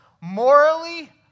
morally